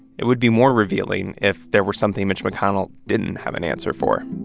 it would be more revealing if there were something mitch mcconnell didn't have an answer for